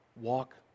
Walk